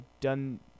done